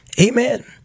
amen